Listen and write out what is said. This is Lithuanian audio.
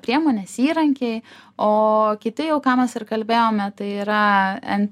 priemonės įrankiai o kiti jau ką mes ir kalbėjome tai yra en